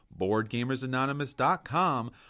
BoardGamersAnonymous.com